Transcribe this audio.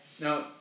Now